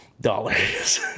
dollars